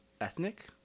ethnic